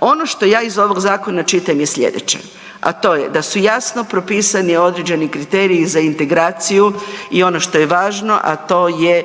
Ono što ja iz ovog zakona čitam je slijedeće, a to je da su jasno propisani određeni kriteriji za integraciju i ono što je važno, a to je